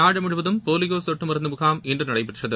நாடு முழுவதும் போலியோ சொட்டு மருந்து முகாம் இன்று நடைபெற்றது